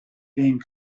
being